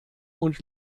und